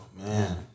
man